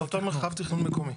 באותו מרחב תכנון מקומי.